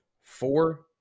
four